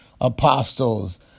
apostles